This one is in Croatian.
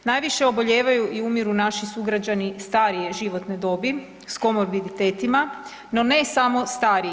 Najviše obolijevaju i umiru naši sugrađani starije životne dobi s komorbiditetima, no ne samo stariji.